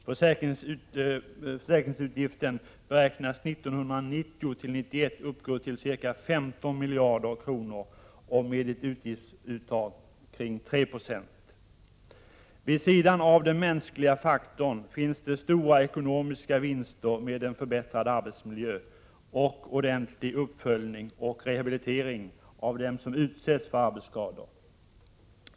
Försäkringsutgiften beräknas 1990—1991 uppgå till ca 15 miljarder kronor med ett utgiftsuttag kring 3 9. Vid sidan av den mänskliga aspekten finns det stora ekonomiska vinster med en förbättrad arbetsmiljö och ordentlig uppföljning och rehabilitering av dem som utsätts för arbetsskador.